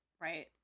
right